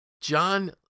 John